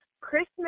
Christmas